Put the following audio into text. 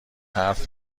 حرف